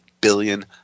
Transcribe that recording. billion